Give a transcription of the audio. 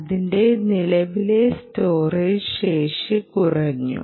അതിന്റെ നിലവിലെ സ്റ്റോറേജ് ശേഷി കുറഞ്ഞു